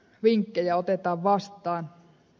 vinkkejä otetaan vastaan